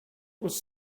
was